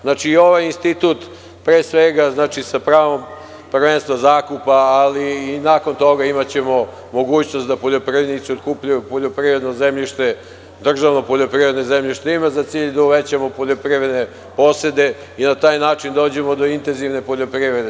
Znači, i ovaj institut, pre svega sa pravom prvenstva zakupa, ali i nakon toga imaćemo mogućnost da poljoprivrednici otkupljuju poljoprivredno zemljište, državno poljoprivredno zemljište, što ima za cilj da uvećamo poljoprivredne posede i na taj način dođemo do intenzivne poljoprivrede.